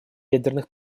ядерных